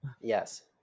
Yes